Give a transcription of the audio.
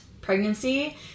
pregnancy